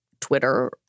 Twitter